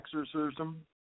exorcism